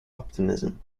optimism